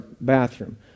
bathroom